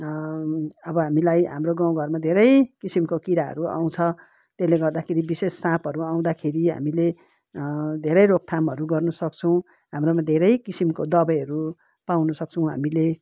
अब हामीलाई हाम्रो गाउँघरमा धेरै किसिमको किराहरू आउँछ त्यसले गर्दाखेरि विशेष साँपहरू आउँदाखेरि हामीले धेरै रोकथामहरू गर्नुसक्छौँ हाम्रोमा धेरै किसिमको दबाईहरू पाउनुसक्छौँ हामीले